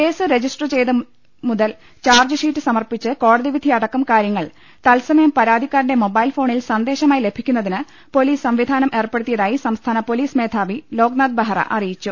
case register ചെയ്തത് മുതൽ chargesheet സമർപ്പിച്ച് കോടതി വിധി അടക്കം കാര്യങ്ങൾ തത്സമയം പരാതിക്കാരന്റെ മൊബൈൽഫോ ണിൽ സന്ദേശമായി ലഭിക്കുന്നതിന് പൊലീസ് സംവിധാനം ഏർപ്പെടു ത്തിയതായി സംസ്ഥാന പൊലീസ് മേധാവി ലോക്നാഥ് ബെഹ്റ അറിയി ച്ചു